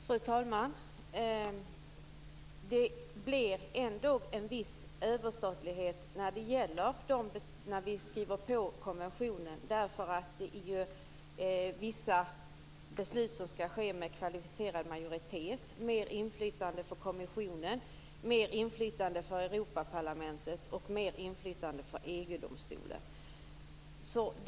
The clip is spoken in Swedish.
Fru talman! Det blir ändå en viss överstatlighet när vi har skrivit på konventionen, därför att vissa beslut skall fattas med kvalificerad majoritet. Det innebär mer inflytande för kommissionen, mer inflytande för Europaparlamentet och mer inflytande för EG-domstolen.